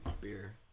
beer